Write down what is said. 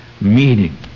Meaning